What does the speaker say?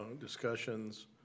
discussions